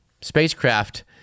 spacecraft